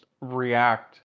react